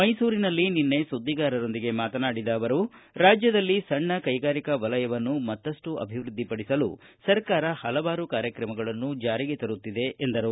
ಮೈಸೂರಿನಲ್ಲಿ ನಿನ್ನೆ ಸುದ್ದಿಗಾರರೊಂದಿಗೆ ಮಾತನಾಡಿದ ಅವರು ರಾಜ್ಯದಲ್ಲಿ ಸಣ್ಣ ಕೈಗಾರಿಕಾ ವಲಯವನ್ನು ಮತ್ತಪ್ಪು ಅಭಿವೃದ್ಧಿಪಡಿಸಲು ಸರ್ಕಾರ ಪಲವಾರು ಕಾರ್ಯಕ್ರಮಗಳನ್ನು ಜಾರಿಗೆ ತರುತ್ತಿದೆ ಎಂದರು